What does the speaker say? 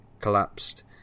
collapsed